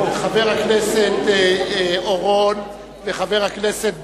חבר הכנסת אורון וחבר הכנסת בר-און,